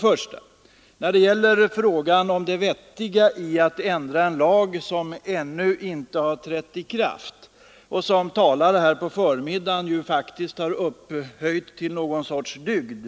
Först till frågan om det vettiga i att ändra en lag som ännu inte har trätt i kraft — det har av talare under förmiddagen upphöjts till något slags dygd.